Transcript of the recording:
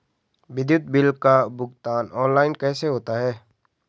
विद्युत बिल का भुगतान ऑनलाइन कैसे होता है?